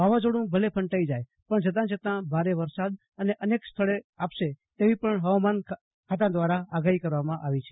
વાવાઝોડું ભલે ફંટાઈ જાય પણ જતા જતા ભારે વરસાદ અનેક સ્થળે આપશે તેવી પણ હવામાન વિભાગ દ્વારા આગાહી કરવામાં આવી છે